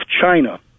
china